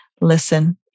listen